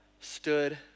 stood